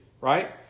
right